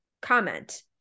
comment